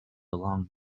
along